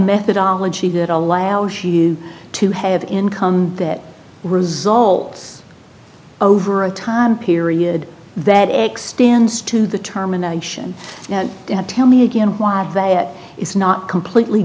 methodology that allows you to have an income that results over a time period that extends to the terminations tell me again why vat is not completely